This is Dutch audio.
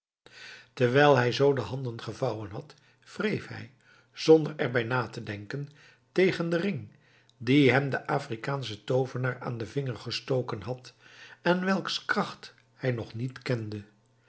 terwijl hij zoo de handen gevouwen had wreef hij zonder er bij te denken tegen den ring dien hem de afrikaansche toovenaar aan den vinger gestoken had en welks kracht hij nog niet kende